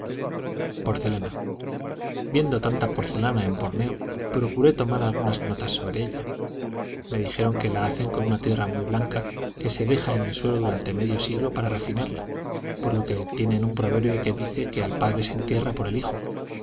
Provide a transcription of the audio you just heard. porcelana viendo tanta porcelana en borneo procuré tomar algunas notas sobre ella me dijeron que la hacen con una tierra muy blanca que se deja en el suelo durante medio siglo para retinarla por lo que tienen un proverbio que dice que al padre se entierra por el hijo